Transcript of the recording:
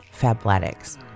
Fabletics